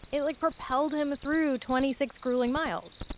it like propelled him through twenty six grueling miles.